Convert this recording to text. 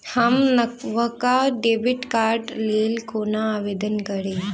हम नवका डेबिट कार्डक लेल कोना आवेदन करी?